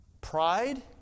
Pride